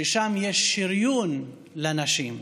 ויש שם שריון לנשים.